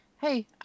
Hey